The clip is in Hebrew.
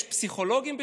יש פסיכולוגים בכלל?